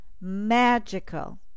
magical